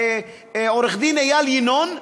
עורך-הדין איל ינון,